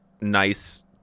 nice